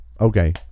Okay